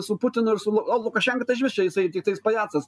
su putinu ir su o lukašenka tai išvis čia jisai tiktais pajacas